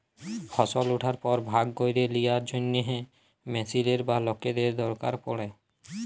ফসল উঠার পর ভাগ ক্যইরে লিয়ার জ্যনহে মেশিলের বা লকদের দরকার পড়ে